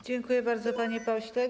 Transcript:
Dziękuję bardzo, panie pośle.